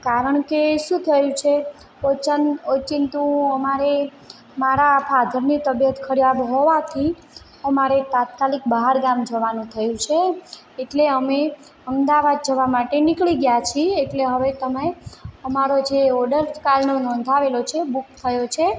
કારણ કે શું થયું છે ઓચાં ઓચિંતું અમારે મારા ફાધરની તબિયત ખરાબ હોવાથી અમારે તાત્કાલિક બહાર ગામ જવાનું થયું છે એટલે અમે અમદાવાદ જવા માટે નીકળી ગયા છીએ એટલે તમે અમારો જે ઓર્ડર કાલનો નોંધાવેલો છે બુક થયો છે